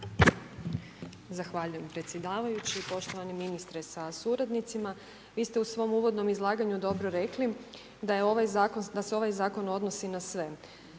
Zahvaljujem predsjedavajući. Poštovani ministre sa suradnicima. Vi ste u svom uvodnom izlaganju dobro rekli, da se ovaj zakon odnosi na sve,